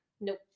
Nope